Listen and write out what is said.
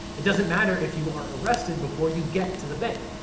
it doesn't matter if you are arrested before you get to the bank.